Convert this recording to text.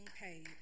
paid